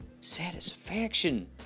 Satisfaction